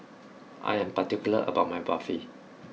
I am particular about my Barfi